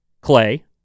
Clay